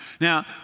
Now